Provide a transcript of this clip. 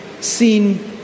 seen